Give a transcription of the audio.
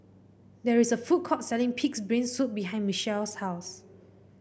there is a food court selling pig's brain soup behind Mechelle's house